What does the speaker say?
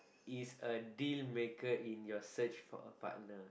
is a dealmaker in your search for a partner